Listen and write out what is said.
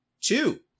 two